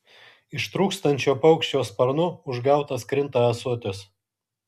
ištrūkstančio paukščio sparnu užgautas krinta ąsotis